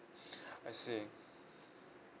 I see